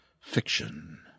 fiction